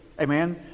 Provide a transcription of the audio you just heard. Amen